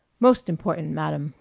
most important, madam,